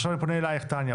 עכשיו אני פונה אליך תניה,